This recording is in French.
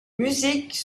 musiques